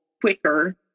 quicker